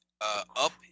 up